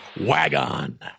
Wagon